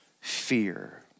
fear